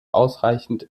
ausreichend